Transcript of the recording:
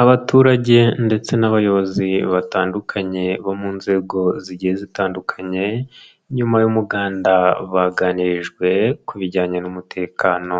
Abaturage ndetse n'abayobozi batandukanye bo mu nzego zigiye zitandukanye, nyuma y'umuganda baganirijwe ku bijyanye n'umutekano.